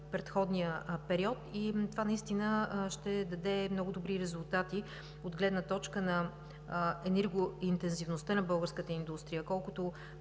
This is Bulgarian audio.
предходния период. Това ще даде много добри резултати от гледна точка на енергоинтензивността на българската индустрия. Това